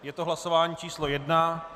Je to hlasování číslo 1.